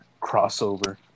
crossover